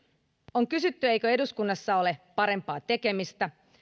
on kysytty eikö eduskunnassa ole parempaa tekemistä